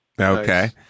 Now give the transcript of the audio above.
Okay